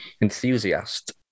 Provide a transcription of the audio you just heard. enthusiast